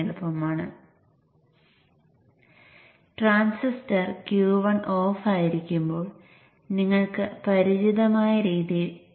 അതിനാൽ Q1 ഓണാകുമ്പോൾ Q2 ഓഫാണ്